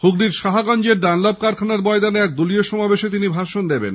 হুগলীর সাহাগঞ্জ ডানলপ কারখানার মাঠে এক দলীয় সমাবেশে তিনি ভাষণ দেবেন